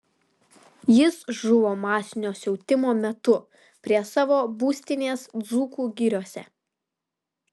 jis žuvo masinio siautimo metu prie savo būstinės dzūkų giriose